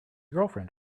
girlfriend